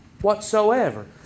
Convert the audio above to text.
whatsoever